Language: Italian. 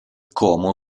como